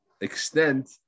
extent